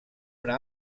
una